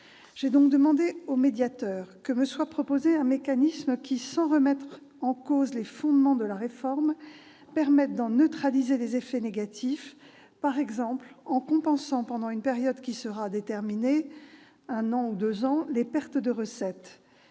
J'ai donc demandé au médiateur que me soit proposé un mécanisme qui, sans remettre en cause les fondements de la réforme, permette d'en neutraliser les effets négatifs, par exemple en compensant pendant une période déterminée, un an ou deux ans, les pertes de recettes.